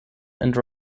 and